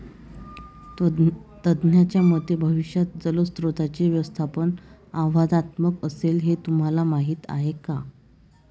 तज्ज्ञांच्या मते भविष्यात जलस्रोतांचे व्यवस्थापन आव्हानात्मक असेल, हे तुम्हाला माहीत आहे का?